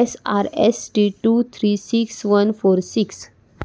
S R S T two three six one four six